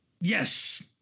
Yes